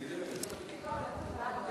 תודה.